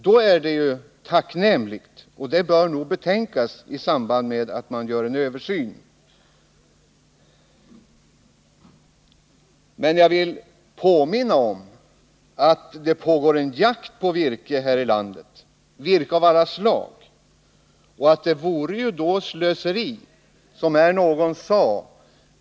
Det bör nog betänkas i samband med att det görs en översyn. Men jag vill påminna om att det här i landet pågår en jakt på virke, virke av alla slag. Det är finansiella problem som vi här har.